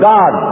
God